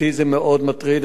אותי זה מאוד מטריד.